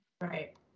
Right